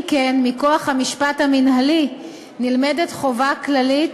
אם כן, מכוח המשפט המינהלי נלמדת חובה כללית